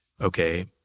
okay